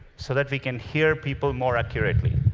so that we can hear people more accurately.